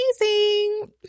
amazing